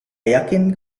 yakin